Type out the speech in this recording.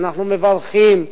אנחנו מברכים.